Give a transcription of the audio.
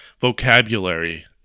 vocabulary